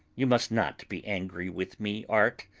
you must not be angry with me, art,